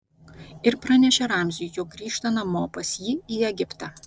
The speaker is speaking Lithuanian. ir pranešė ramziui jog grįžta namo pas jį į egiptą